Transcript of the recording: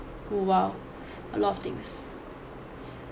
!wow! a lot of things